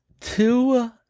two